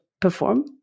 perform